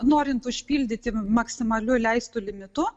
norint užpildyti maksimaliu leistu limitu